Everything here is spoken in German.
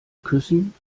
küssen